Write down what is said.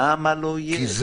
למה לא יהיה?